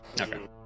Okay